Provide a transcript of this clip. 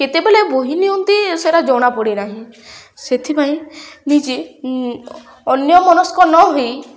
କେତେବେଳେ ବୋହି ନିଅନ୍ତି ସେଇଟା ଜଣା ପଡ଼େ ନାହିଁ ସେଥିପାଇଁ ନିଜେ ଅନ୍ୟମନସ୍କ ନ ହୋଇ